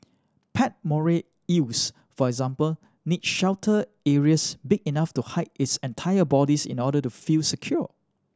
pet moray eels for example need sheltered areas big enough to hide its entire bodies in order to feel secure